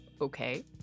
okay